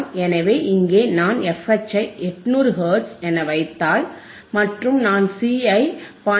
எனவே இங்கே நான் fH ஐ 800 ஹெர்ட்ஸ் என வைத்தால் மற்றும் நான் C ஐ 0